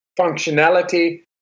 functionality